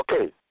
Okay